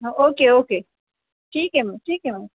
हां okay okay ठीक आहे मग ठीक आहे मग